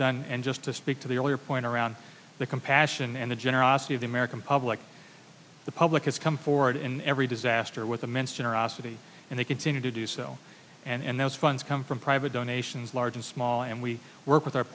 done and just to speak to the earlier point around the compassion and the generosity of the american public the public has come forward in every disaster with immense generosity and they continue to do so and those funds come from private donations large and small and we work with our